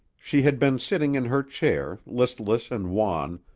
she had been sitting in her chair, listless and wan,